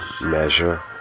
measure